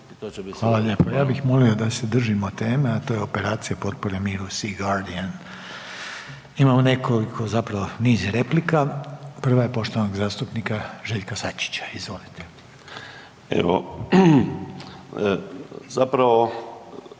Hvala lijepa. Ja bih molio da se držimo teme, a to je operacija potpore miru „Sea Guardian“. Imamo nekoliko zapravo niz replika, prva je poštovanog zastupnika Željka Sačića. Izvolite. **Sačić,